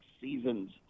seasons